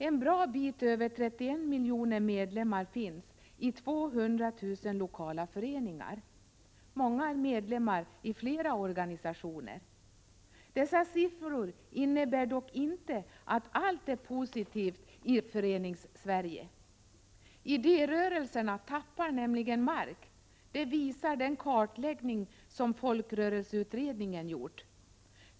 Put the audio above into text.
En bra bit över 31 miljoner medlemmar finns i 200 000 lokala föreningar. Många är medlemmar i flera organisationer. Dessa siffror innebär dock inte att allt är positivt i Föreningssverige. Idérörelserna tappar nämligen mark, det visar den kartläggning som folkrörelseutredningen gjort.